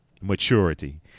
maturity